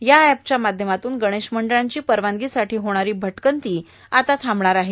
या एपच्या माध्यमातून गणेश मंडळांची परवानगीसाठी होणारी भटकंती आता थांबणार आहे